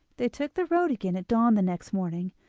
they took the road again at dawn the next morning,